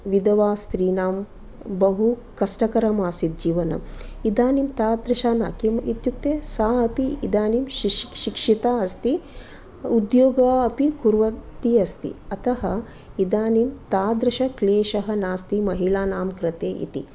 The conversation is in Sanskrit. विधवास्त्रीणां बहु कष्टकरम् आसीत् जीवनम् इदानीं तादृश न किं इत्युक्ते सा अपि इदानीं शिक्षिता अस्ति उद्योग अपि कुर्वती अस्ति अतः इदनीं तादृशक्लेशः नास्ति महिलानां कृते इति